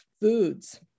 foods